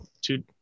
Two